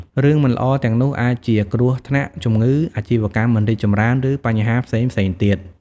រឿងមិនល្អទាំងនោះអាចជា គ្រោះថ្នាក់ ជំងឺ អាជីវកម្មមិនរីកចម្រើន ឬបញ្ហាផ្សេងៗទៀត។